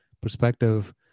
perspective